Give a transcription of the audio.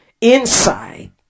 inside